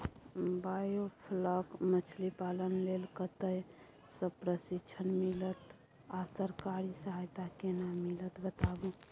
Biofloc मछलीपालन लेल कतय स प्रशिक्षण मिलत आ सरकारी सहायता केना मिलत बताबू?